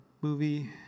movie